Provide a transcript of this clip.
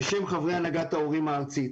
בשם חברי הנהגת ההורים הארצית